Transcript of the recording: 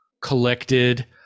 collected